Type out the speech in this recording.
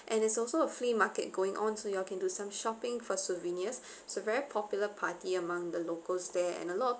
and there's also a flea market going on so you all can do some shopping for souvenirs so very popular party among the locals there and a lot of